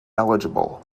eligible